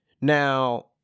Now